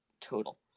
total